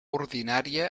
ordinària